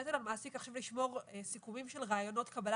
הנטל על המעסיק עכשיו לשמור סיכומים של ריאיונות קבלה